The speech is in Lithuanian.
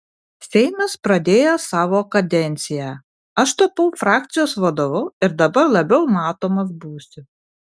seimas pradėjo savo kadenciją aš tapau frakcijos vadovu ir dabar labiau matomas būsiu